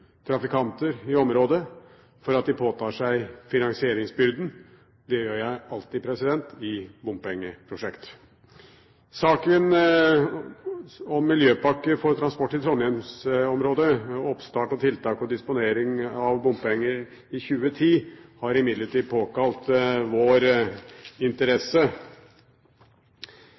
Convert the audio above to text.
trafikanter i området for at de påtar seg finansieringsbyrden. Det gjør jeg alltid i bompengeprosjekter. Saken om miljøpakke for transport i trondheimsområdet – oppstart av tiltak og disponering av bompenger i 2010 – har imidlertid påkalt vår interesse.